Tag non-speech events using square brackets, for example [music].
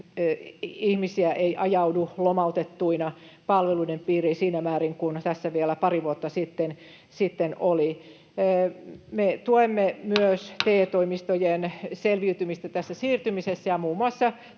ihmisiä ei ajaudu lomautettuina palveluiden piiriin siinä määrin kuin vielä pari vuotta sitten. [noise] Me tuemme myös TE-toimistojen selviytymistä tässä siirtymisessä, ja muun muassa